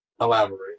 Elaborate